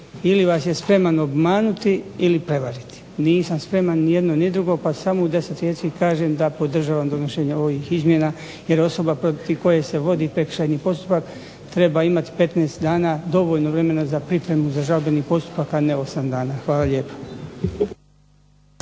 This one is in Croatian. ili vas je spreman obmanuti ili prevariti. Nisam spreman ni jedno, ni drugo, pa samo u 10 riječi kažem da podržavam donošenje ovih izmjena, jer osoba protiv koje se vodi prekršajni postupak treba imati 15 dana dovoljno vremena za pripremu za žalbeni postupak, a ne 8 dana. Hvala lijepa.